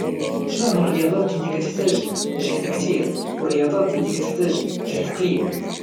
شناهوما الرياضات اللي كاتحتاج جهد كثير وشناهوما الرياضات اللي كاتحتاج جهد قليل؟